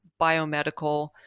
biomedical